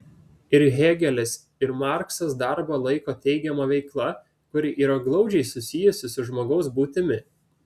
ir hėgelis ir marksas darbą laiko teigiama veikla kuri yra glaudžiai susijusi su žmogaus būtimi